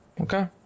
Okay